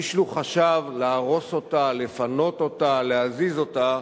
איש לא חשב להרוס אותה, לפנות אותה, להזיז אותה,